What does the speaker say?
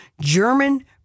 german